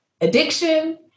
addiction